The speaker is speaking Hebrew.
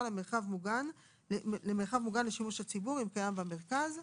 למרחב מוגן לשימוש הציבור אם קיים במרכז,